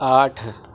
آٹھ